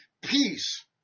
peace